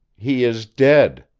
he is dead.